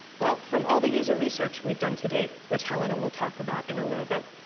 well, from all the user research we've done to date, which helena will talk about in a little bit,